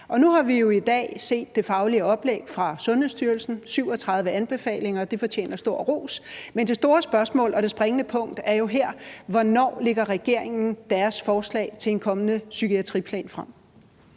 nu har vi jo i dag set det faglige oplæg fra Sundhedsstyrelsen, nemlig 37 anbefalinger. Det fortjener stor ros. Men det store spørgsmål og det springende punkt er jo her, hvornår regeringen lægger sit forslag til en kommende psykiatriplan frem.